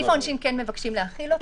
--- את סעיף העונשין כן מבקשים להחיל.